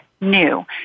new